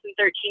2013